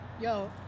Yo